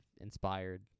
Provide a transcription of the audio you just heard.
inspired